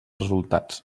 resultats